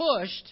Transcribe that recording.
pushed